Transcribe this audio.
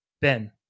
Ben